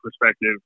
perspective